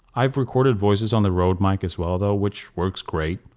i've recorded voices on the rode mic as well though which works great.